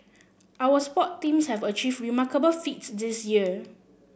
our sports teams have achieved remarkable feats this year